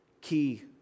key